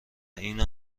اینو